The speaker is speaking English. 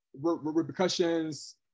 repercussions